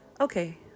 okay